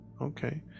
Okay